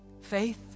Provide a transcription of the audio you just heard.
faith